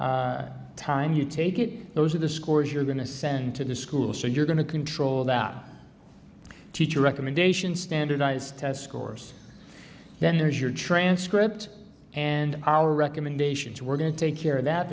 second time you take it those are the scores you're going to send to the school so you're going to control that teacher recommendation standardized test scores then there's your transcript and our recommendations we're going to take care that